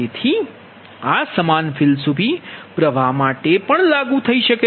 તેથી આ સમાન ફિલસૂફી પ્ર્વાહ માટે લાગુ થાય છે